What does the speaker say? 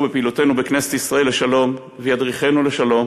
בפעילותנו בכנסת ישראל לשלום וידריכנו לשלום,